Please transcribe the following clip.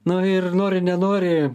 na ir nori nenori